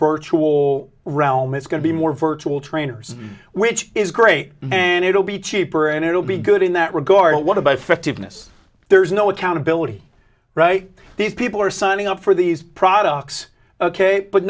virtual realm it's going to be more virtual trainers which is great and it'll be cheaper and it'll be good in that regard what about fifty of this there's no accountability right these people are signing up for these products ok but